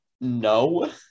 no